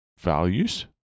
values